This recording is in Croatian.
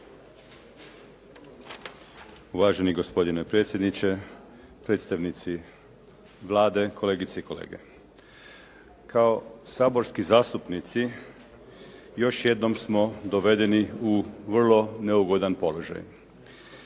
Uvaženi gospodine predsjedniče, predstavnici Vlade, kolegice i kolege. Kao saborski zastupnici još jednom smo dovedeni u vrlo neugodan položaj.